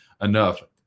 enough